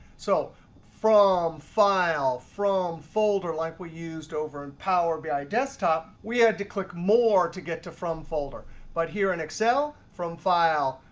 so from file, from folder like we used over in power bi desktop, we had to click more to get to from folder but here in excel, from file,